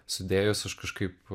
sudėjus aš kažkaip